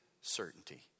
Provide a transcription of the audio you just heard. certainty